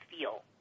feel